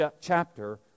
chapter